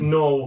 no